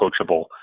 coachable